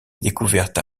découvertes